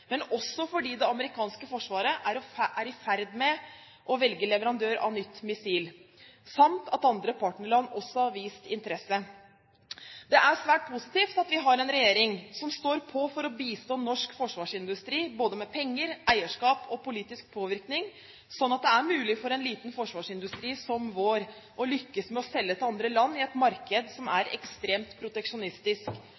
men også fordi det amerikanske forsvaret er i ferd med å velge leverandør av nytt missil samt at andre partnerland også har vist interesse. Det er svært positivt at vi har en regjering som står på for å bistå norsk forsvarsindustri med både penger, eierskap og politisk påvirkning, slik at det er mulig for en liten forsvarsindustri som vår å lykkes med å selge til andre land i et marked som